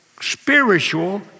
spiritual